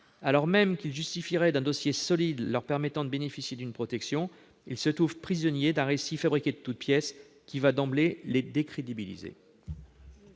Alors même qu'ils justifieraient d'un dossier solide leur permettant de bénéficier d'une protection, ils se trouvent prisonniers d'un récit fabriqué de toutes pièces qui va d'emblée les décrédibiliser.